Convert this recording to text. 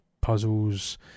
puzzles